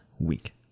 week